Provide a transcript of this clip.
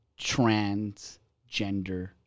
transgender